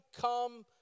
come